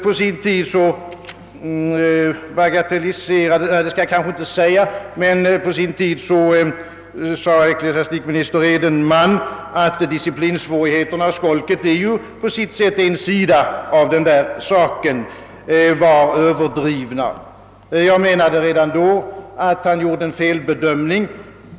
På sin tid sade ecklesiastikminister Edenman att talet om disciplinsvårigheterna — skolket är ju en sida av den saken — var överdrivet. Jag ansåg då att han gjorde en felbedömning.